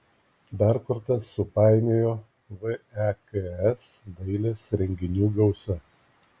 dar kortas supainiojo veks dailės renginių gausa